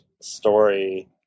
story